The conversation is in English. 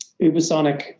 Ubersonic